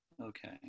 Okay